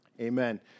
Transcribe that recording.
Amen